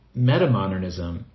metamodernism